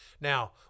Now